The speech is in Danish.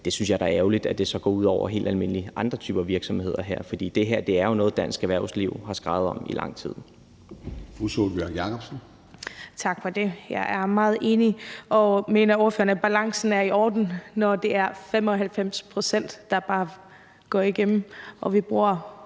Der synes jeg da, at det er ærgerligt, at det så går ud over nogle andre helt almindelige typer virksomheder, for det her er jo noget, som dansk erhvervsliv har skreget på i lang tid.